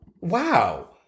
Wow